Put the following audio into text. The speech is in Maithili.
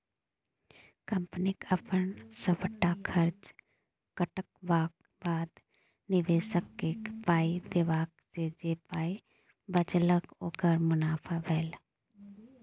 कंपनीक अपन सबटा खर्च कटबाक बाद, निबेशककेँ पाइ देबाक जे पाइ बचेलक ओकर मुनाफा भेलै